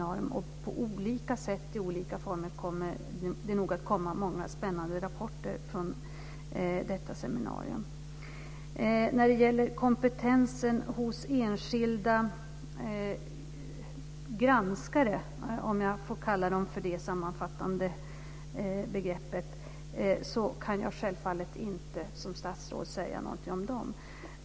På olika sätt och i olika former kommer det nog att komma spännande rapporter från detta seminarium. Kompetensen hos enskilda granskare - om jag får använda det sammanfattande begreppet - kan jag självfallet inte som statsråd säga någonting om.